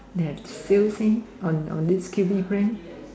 they have sales meh on on this Q_V brand